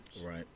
right